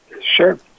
Sure